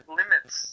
limits